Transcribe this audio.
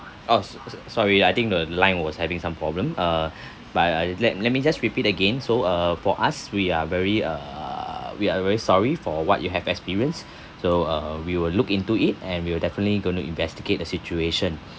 oh sorry I think the line was having some problem uh but I let let me just repeat again so uh for us we are very err we are very sorry for what you have experienced so uh we will look into it and we will definitely going to investigate the situation